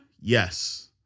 Yes